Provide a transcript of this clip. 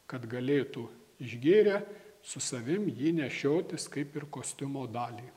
kad galėtų išgėrę su savim jį nešiotis kaip ir kostiumo dalį